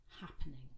happening